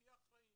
תהיה אחראי.